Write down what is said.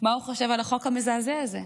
מה הוא חושב על החוק המזעזע הזה.